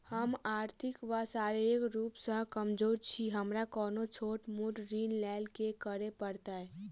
हम आर्थिक व शारीरिक रूप सँ कमजोर छी हमरा कोनों छोट मोट ऋण लैल की करै पड़तै?